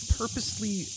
purposely